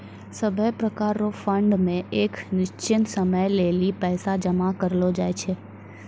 सभै प्रकार रो फंड मे एक निश्चित समय लेली पैसा जमा करलो जाय छै